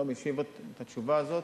לא משיב את התשובה הזאת.